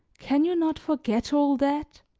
can you not forget all that?